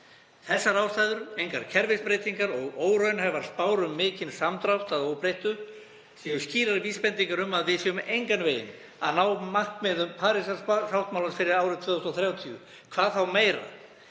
Þessar ástæður, engar kerfisbreytingar og óraunhæfar spár um mikinn samdrátt að óbreyttu séu skýrar vísbendingar um að við munum engan veginn ná markmiðum Parísarsáttmálans fyrir árið 2030, hvað þá meira.